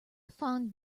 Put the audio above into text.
fond